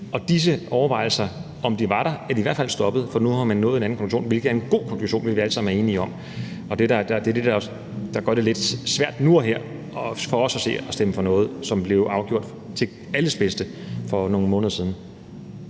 Og disse overvejelser – om de var der – er i hvert fald stoppet, for nu har man nået en anden konklusion, hvilket er en god konklusion. Det er vi alle sammen enige om. Det er det, der gør det lidt svært nu og her for os at se at stemme for noget, som blev afgjort til alles bedste for nogle måneder siden.